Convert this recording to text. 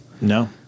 no